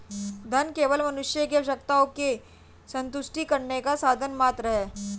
धन केवल मनुष्य की आवश्यकताओं की संतुष्टि करने का साधन मात्र है